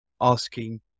asking